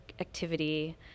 activity